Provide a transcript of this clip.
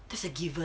there's a given